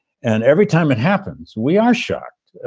and every time it happens, we are shocked.